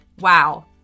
Wow